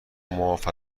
معاف